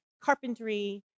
carpentry